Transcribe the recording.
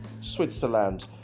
Switzerland